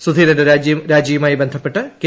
സുധീരന്റെ രാജിയുമായി ബന്ധപ്പെട്ട് കെ